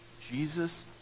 Jesus